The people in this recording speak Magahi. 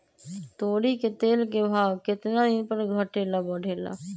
तोरी के तेल के भाव केतना दिन पर घटे ला बढ़े ला?